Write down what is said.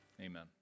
Amen